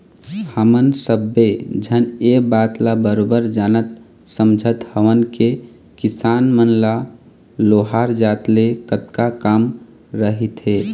हमन सब्बे झन ये बात ल बरोबर जानत समझत हवन के किसान मन ल लोहार जात ले कतका काम रहिथे